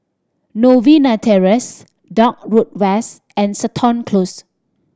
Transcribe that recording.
Novena Terrace Dock Road West and Seton Close